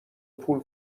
پول